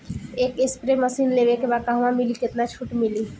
एक spray machine लेवे के बा कहवा मिली केतना छूट मिली?